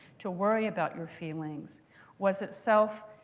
to worry about your feelings was itself